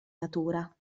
natura